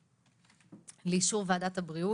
יש כאלה שהוגדרו